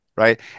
Right